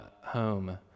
home